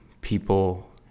people